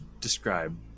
describe